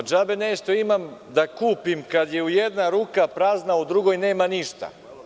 Džabe nešto imam da kupim, kad je jedna ruka prazna, a u drugoj nema ništa.